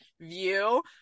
view